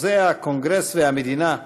חוזה הקונגרס והמדינה,